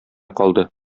калды